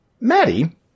maddie